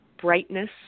brightness